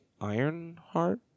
Ironheart